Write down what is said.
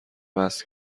وصل